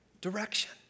direction